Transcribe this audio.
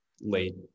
late